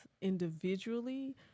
individually